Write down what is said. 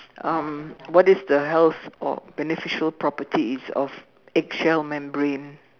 um what is the health or beneficial properties of egg shell membrane